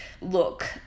look